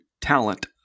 talent